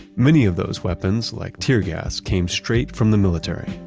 many of those weapons like tear gas came straight from the military,